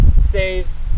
saves